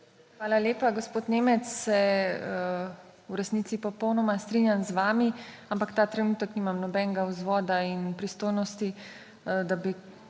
Hvala lepa, gospod Nemec. Se v resnici popolnoma strinjam z vami, ampak ta trenutek nimam nobenega vzvoda in pristojnosti, da bi